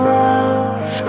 love